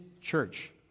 church